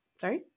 sorry